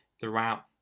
throughout